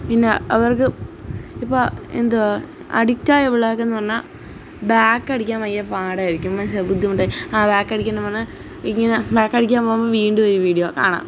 പിന്നെ അവർക്ക് ഇപ്പോള് എന്തുവാണ് അഡിക്റ്റായ പിള്ളേർക്കെന്ന് പറഞ്ഞാല് ബാക്കടിക്കാന് ഭയങ്കര പാടായിരിക്കും മനസ്സിലായോ ബുദ്ധിമുട്ടായി ആ ബാക്കടിക്കണമെന്ന് പറഞ്ഞ് ഇങ്ങനെ ബേക്കടിക്കാൻ പോവുമ്പോല് വീണ്ടും ഒരു വീഡിയോ കാണാം